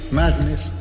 madness